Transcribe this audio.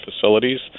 facilities